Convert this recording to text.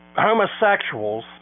homosexuals